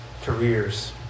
Careers